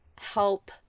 help